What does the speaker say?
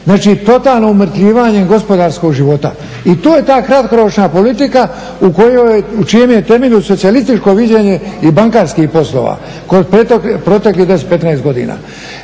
znači totalno umrtljivanje gospodarskog života. I to je ta kratkoročna politika u čijem je temelju socijalističko viđenje i bankarskih poslova kroz proteklih 10, 15 godina